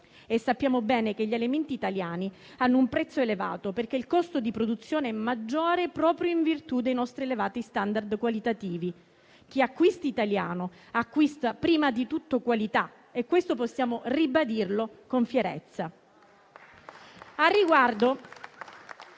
e sappiamo bene che gli elementi italiani hanno un prezzo elevato perché il costo di produzione è maggiore, proprio in virtù dei nostri elevati *standard* qualitativi. Chi acquista italiano acquista prima di tutto qualità e questo possiamo ribadirlo con fierezza.